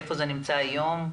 איפה זה נמצא היום?